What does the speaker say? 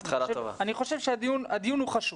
אני חושב שהדיון הוא חשוב.